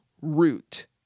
root